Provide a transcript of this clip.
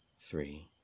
three